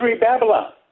Babylon